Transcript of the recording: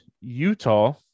Utah